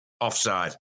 offside